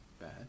bad